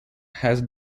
has